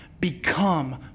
become